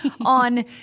on